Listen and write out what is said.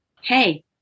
Hey